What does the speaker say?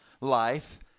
life